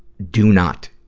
do not